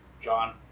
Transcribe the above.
John